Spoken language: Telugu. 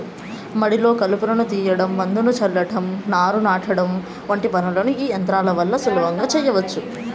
మడిలో కలుపును తీయడం, మందును చల్లటం, నారును నాటడం వంటి పనులను ఈ యంత్రాల వల్ల సులభంగా చేయచ్చు